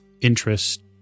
interest